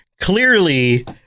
clearly